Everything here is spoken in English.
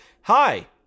Hi